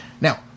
Now